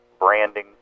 branding